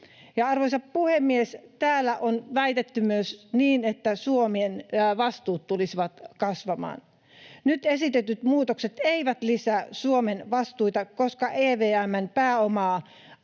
Arvoisa puhemies! Täällä on väitetty myös, että Suomen vastuut tulisivat kasvamaan. Nyt esitetyt muutokset eivät lisää Suomen vastuita, koska EVM:n pääomaan